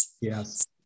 Yes